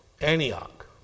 Antioch